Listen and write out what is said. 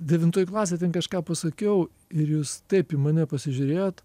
devintoj klasėj ten kažką pasakiau ir jūs taip į mane pasižiūrėjot